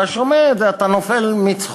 כשאתה שומע את זה, אתה נופל מצחוק.